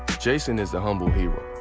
jason is a humble hero.